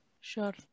Sure